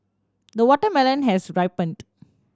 the watermelon has ripened